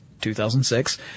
2006